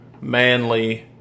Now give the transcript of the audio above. manly